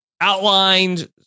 outlined